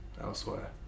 elsewhere